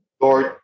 Lord